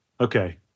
Okay